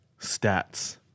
stats